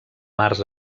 març